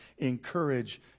encourage